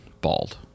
bald